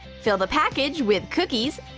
fill the package with cookies.